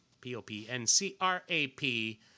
P-O-P-N-C-R-A-P